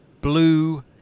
blue